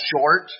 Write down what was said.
short